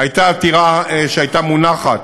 הייתה מונחת